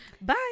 Bye